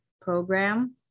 program